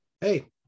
hey